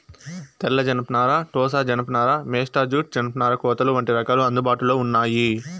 తెల్ల జనపనార, టోసా జానప నార, మేస్టా జూట్, జనపనార కోతలు వంటి రకాలు అందుబాటులో ఉన్నాయి